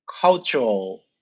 cultural